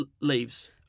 leaves